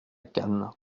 cannes